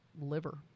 liver